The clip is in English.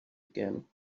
again